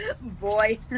Boy